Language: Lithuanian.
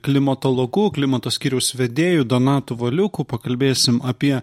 klimatologu klimato skyriaus vedėju donatu valiuku pakalbėsim apie